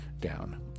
down